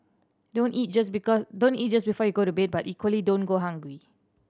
don't eat just don't eat just before you go to bed but equally don't go hungry